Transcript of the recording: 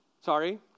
Sorry